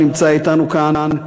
שנמצא אתנו כאן,